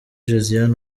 josiane